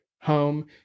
home